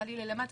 תעלי למטה',